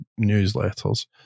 newsletters